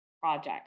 projects